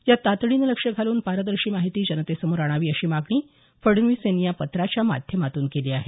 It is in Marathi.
यात तातडीनं लक्ष घालून पारदर्शी माहिती जनतेसमोर आणावी अशी मागणी फडणवीस यांनी या पत्राच्या माध्यमातून केली आहे